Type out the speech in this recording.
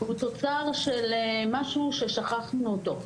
הוא תוצר של משהו ששכחנו אותו.